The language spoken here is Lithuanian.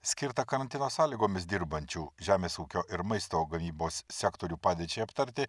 skirtą karantino sąlygomis dirbančių žemės ūkio ir maisto gamybos sektorių padėčiai aptarti